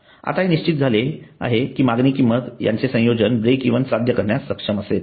आता हे निश्चित झाले आहे की मागणी किंमत यांचे संयोजन ब्रेकइव्हन साध्य करण्यास सक्षम असेल